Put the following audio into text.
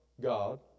God